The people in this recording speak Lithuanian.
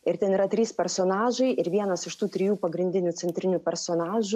ir ten yra trys personažai ir vienas iš tų trijų pagrindinių centrinių personažų